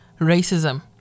racism